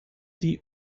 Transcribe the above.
die